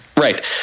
Right